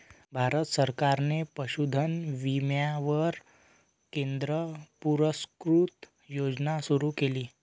भारत सरकारने पशुधन विम्यावर केंद्र पुरस्कृत योजना सुरू केली